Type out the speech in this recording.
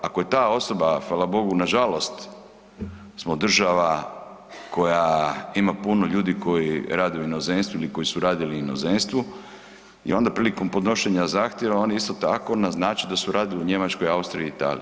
Ako je ta osoba hvala bogu, nažalost smo država koja ima puno ljudi koji rade u inozemstvu ili koji su radili u inozemstvu i onda prilikom podnošenja zahtjeva, oni isto tako naznače da su radili u Njemačkoj, Austriji, Italiji.